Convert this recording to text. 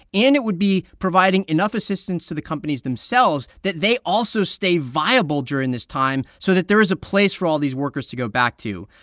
and it would be providing enough assistance to the companies themselves that they also stay viable during this time so that there is a place for all these workers to go back to.